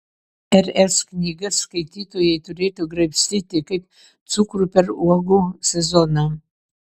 r s knygas skaitytojai turėtų graibstyti kaip cukrų per uogų sezoną